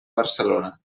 barcelona